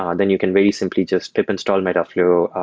um then you can very simply just pip install metaflow,